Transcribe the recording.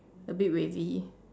a bit wavy